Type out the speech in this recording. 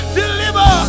deliver